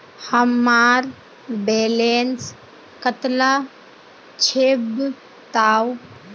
हमार बैलेंस कतला छेबताउ?